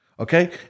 Okay